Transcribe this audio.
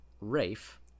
Rafe